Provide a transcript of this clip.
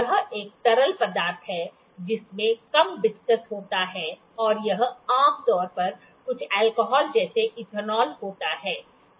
यह एक तरल पदार्थ है जिसमें कम विस्कस होता है और यह आमतौर पर कुछ अल्कोहल जैसे इथेनॉल होता है